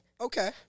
Okay